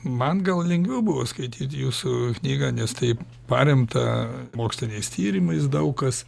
man gal lengviau buvo skaityt jūsų knygą nes taip paremta moksliniais tyrimais daug kas